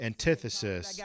Antithesis